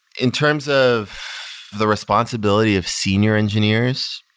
in terms of the responsibility of senior engineers,